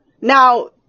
Now